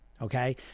okay